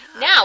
Now